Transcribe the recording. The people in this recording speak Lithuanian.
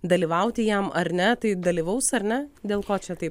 dalyvauti jam ar ne tai dalyvaus ar ne dėl ko čia taip